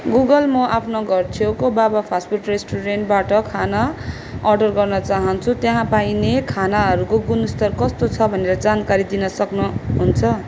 Google म आफ्नु घर छेउको बाबा फास्ट फुड रेस्टुरेन्टबाट खाना अर्डर गर्न चाहन्छु त्यहाँ पाइने खानाहरूको गुणस्तर कस्तो छ भनेर जानकारी दिनु सक्नुहुन्छ